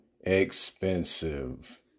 expensive